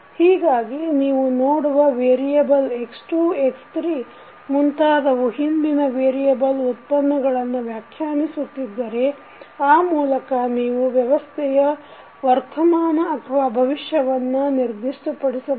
ಹೀಗಾಗಿ ನೀವು ನೋಡುವ ವೇರಿಯಬಲ್ x2 x3 ಮುಂತಾದವು ಹಿಂದಿನ ವೇರಿಯಬಲ್ ಉತ್ಪನ್ನಗಳನ್ನು ವ್ಯಾಖ್ಯಾನಿಸಿತ್ತಿದ್ದರೆ ಆ ಮೂಲಕ ನೀವು ವ್ಯವಸ್ಥೆಯ ವರ್ತಮಾನ ಅಥವಾ ಭವಿಷ್ಯವನ್ನು ನಿರ್ದಿಷ್ಟಪಡಿಸಬಹುದು